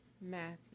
Matthew